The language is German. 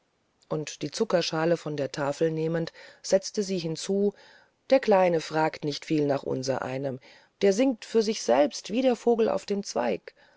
und die zuckerschale von der tafel nehmend setzte sie hinzu der kleine fragt viel nach unsereinem der singt für sich selber wie der vogel auf dem zweig